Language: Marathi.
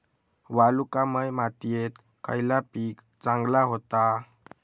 वालुकामय मातयेत खयला पीक चांगला होता?